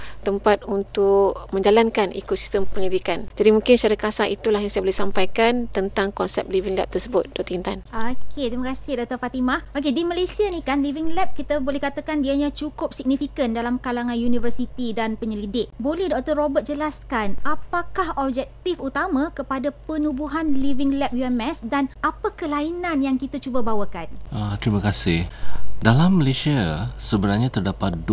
tempat untuk menjalankan ekosistem penyelidikan. Jadi mungkin secara kasar itulah yang saya boleh sampaikan tentang konsep Living Lab tersebut, Dr. Intan. Okey, terima kasih, Dr. Fatimah. Okey, di Malaysia ni kan, Living Lab kita boleh katakan dianya cukup signifikan dalam kalangan universiti dan penyelidik. Boleh Dr. Robert jelaskan apakah objektif utama kepada penubuhan Living Lab UMS dan apa kelainan yang kita cuba bawakan? Ah, terima kasih. Dalam Malaysia sebenarnya terdapat